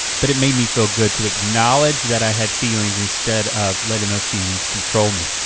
but it made me feel good to acknowledge that i had feelings instead of letting those feelings control me.